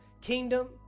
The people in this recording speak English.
kingdom